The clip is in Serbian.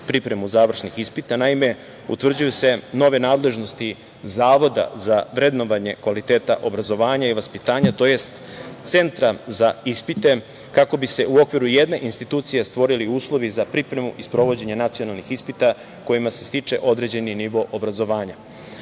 pripremu završnih ispita. Naime, utvrđuju se nove nadležnosti Zavoda za vrednovanje kvaliteta obrazovanja i vaspitanja to jest centra za ispite kako bi se u okviru jedne institucije stvorili uslovi za pripremu i sprovođenje nacionalnih ispita kojima se stiče određeni nivo obrazovanja. Osnivanje